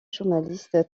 journaliste